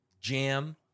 jam